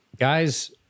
guys